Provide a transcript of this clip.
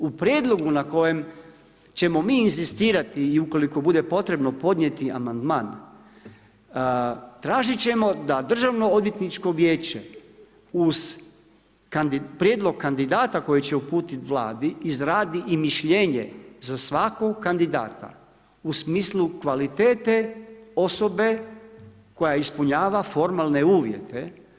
U prijedlogu na kojem ćemo mi inzistirati i ukoliko bude potrebno podnijeti amandman tražit ćemo da Državnoodvjetničko vijeće uz prijedlog kandidata koji će uputiti Vladi, izradi i mišljenje za svakog kandidata u smislu kvalitete osobe koja ispunjava formalne uvjete.